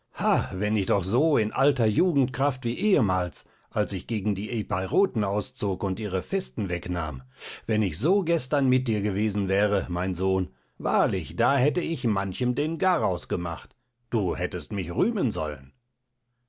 wenn ich doch so in alter jugendkraft wie ehemals als ich gegen die epeiroten auszog und ihre festen wegnahm wenn ich so gestern mit dir gewesen wäre mein sohn wahrlich da hätte ich manchem den garaus gemacht du hättest mich rühmen sollen